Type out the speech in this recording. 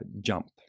jump